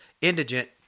indigent